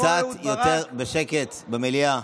קצת יותר שקט במליאה,